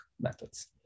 methods